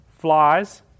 flies